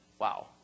Wow